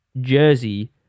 jersey